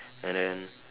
and then